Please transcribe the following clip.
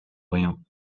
rien